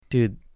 Dude